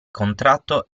contratto